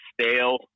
stale